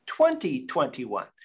2021